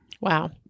Wow